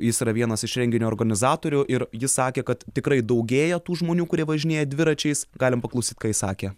jis yra vienas iš renginio organizatorių ir jis sakė kad tikrai daugėja tų žmonių kurie važinėja dviračiais galim paklausyt ką jis sakė